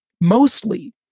mostly